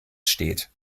steht